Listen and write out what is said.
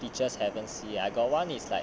teachers haven't see I got one is like